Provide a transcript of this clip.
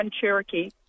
Cherokee